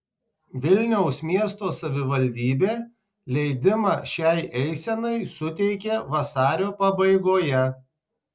vilniaus miesto savivaldybė leidimą šiai eisenai suteikė vasario pabaigoje